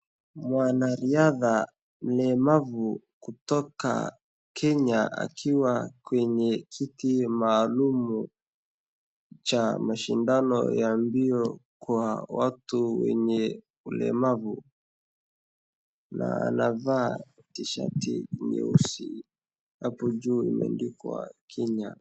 Mwanariadha mlemavu kutoka Kenya akiwa kwenye kiti maalum cha mashindano ya mbio kwa watu wenye ulemavu na aanavaa t shirt nyeusi. Hapo juu imeandikwa Kenya.